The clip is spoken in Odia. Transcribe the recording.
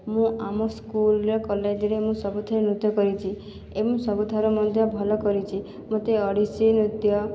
ମୁଁ ଆମ ସ୍କୁଲରେ କଲେଜରେ ମୁଁ ସବୁଥିରେ ନୃତ୍ୟ କରିଛି ଏବଂ ସବୁଥର ମଧ୍ୟ ଭଲ କରିଛି ମତେ ଓଡ଼ିଶୀ ନୃତ୍ୟ